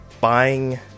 buying